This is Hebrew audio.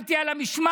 עמדתי על המשמר.